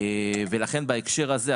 לכן בהקשר הזה,